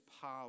power